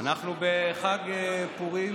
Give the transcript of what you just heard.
אנחנו בחג פורים,